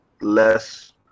less